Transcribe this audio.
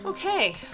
Okay